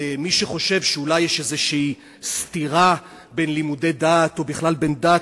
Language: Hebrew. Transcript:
למי שחושד שאולי יש איזו סתירה בין לימודי דת או בכלל בין דת,